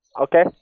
Okay